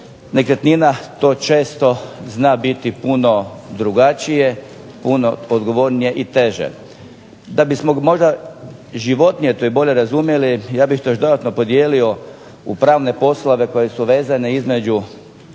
nekretnina to često zna biti puno drugačije, puno odgovornije i teže. Da bismo možda životnije to i bolje razumjeli, ja bih to još dodatno podijelio u pravne poslove koji su vezani između